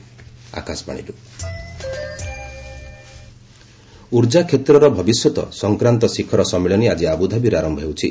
ଏନର୍କି summit ଉର୍ଜା କ୍ଷେତ୍ରର ଭବିଷ୍ୟତ ସଂକ୍ରାନ୍ତ ଶିଖର ସମ୍ମିଳନୀ ଆଜି ଆବୁଧାବିରେ ଆରମ୍ଭ ହେଉଛି